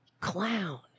Clown